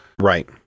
Right